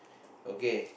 okay